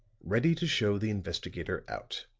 ready to show the investigator out.